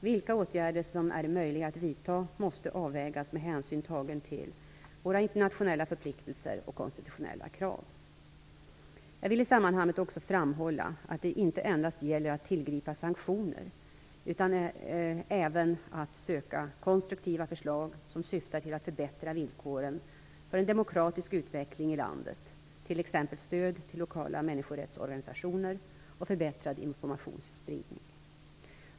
Vilka åtgärder som är möjliga att vidta måste avvägas med hänsyn tagen till våra internationella förpliktelser och konstitutionella krav. Jag vill i sammanhanget också framhålla att det inte endast gäller att tillgripa sanktioner utan även att söka konstruktiva förslag som syftar till att förbättra villkoren för en demokratisk utveckling i landet, t.ex. stöd till lokala människorättsorganisationer och förbättrad informationsspridning.